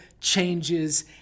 changes